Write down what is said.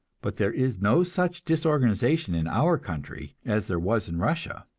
but there is no such disorganization in our country as there was in russia,